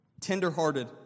tenderhearted